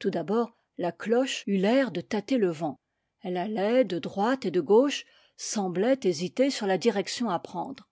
tout d'abord la cloche eut l'air de tâter le vent elle allait de droite et de gauche semblait hésiter sur la direction îi prendre